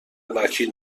وکیل